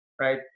right